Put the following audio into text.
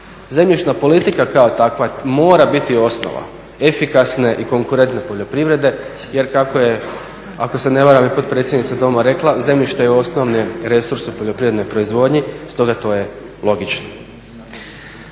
Zemljišna politika kao takva mora biti osnova efikasne i konkurentne poljoprivrede jer kako je, ako se ne varam i potpredsjednica Doma rekla zemljište je osnovni resurs u poljoprivrednoj proizvodnji, stoga to je logično.